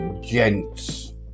gents